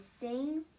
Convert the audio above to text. sing